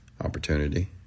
opportunity